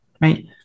right